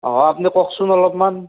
অঁ আপুনি কওকচোন অলপমান